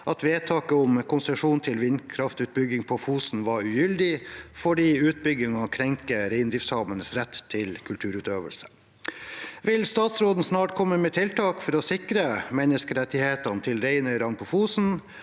at vedtaket om konsesjon til vindkraftutbygging på Fosen var ugyldig fordi utbyggingen krenker reindriftssamenes rett til kulturutøvelse. Vil statsråden snart komme med tiltak for å sikre menneskerettighetene til reineierne på Fosen,